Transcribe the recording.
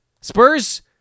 Spurs